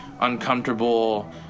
uncomfortable